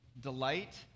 delight